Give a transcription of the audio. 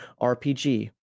RPG